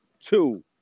Two